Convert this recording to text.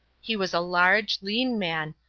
he was a large, lean man,